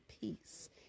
peace